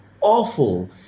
awful